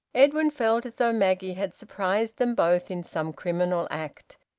edwin felt as though maggie had surprised them both in some criminal act.